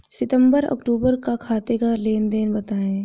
सितंबर अक्तूबर का खाते का लेनदेन बताएं